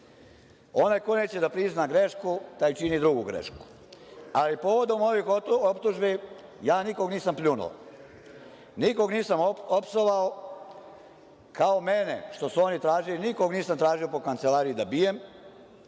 koji neće da prizna grešku, taj čini drugu grešku. Ali, povodom ovih optužbi, ja nikog nisam pljunuo, nikog nisam opsovao kao mene što su oni tražili, nikog nisam tražio po kancelariji da bijem.